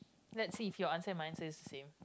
let's see if your answer and my answer is the same